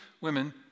women